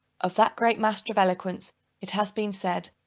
of that great master of eloquence it has been said,